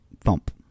thump